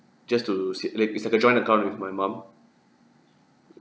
just to sav~ like it's like a joint account with my mum